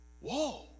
whoa